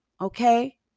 okay